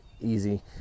easy